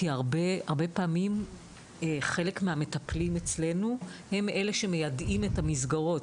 כי הרבה פעמים חלק מהמטפלים אצלנו הם אלה שמיידעים את המסגרות.